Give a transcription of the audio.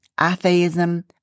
atheism